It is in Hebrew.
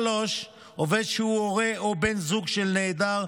3. עובד שהוא הורה או בן זוג של נעדר,